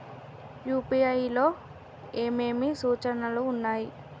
UPI లో ఏమేమి సూచనలు ఉన్నాయి?